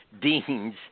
deans